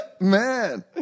Man